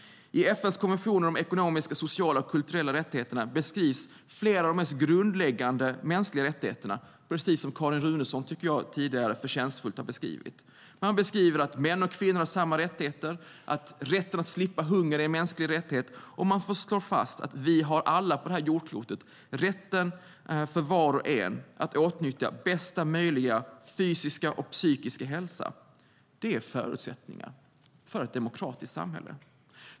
I FN:s konvention om ekonomiska, sociala och kulturella rättigheter beskrivs flera av de mest grundläggande mänskliga rättigheterna, precis som Carin Runeson tidigare förtjänstfullt har beskrivit. Man säger att män och kvinnor har samma rättigheter och att rätten att slippa hunger är en mänsklig rättighet. Man slår fast att vi alla på detta jordklot har rätten för var och en att åtnjuta bästa möjliga fysiska och psykiska hälsa. Det är förutsättningar för ett demokratiskt samhälle.